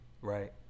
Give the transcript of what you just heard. right